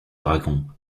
dragon